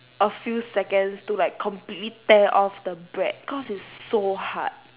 a few seconds to like completely tear off the bread cause it's so hard